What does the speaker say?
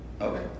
Okay